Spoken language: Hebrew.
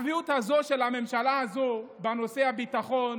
הצביעות הזו של הממשלה הזו בנושא הביטחון,